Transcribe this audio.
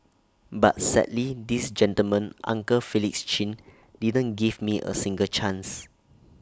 but sadly this gentleman uncle Felix chin didn't give me A single chance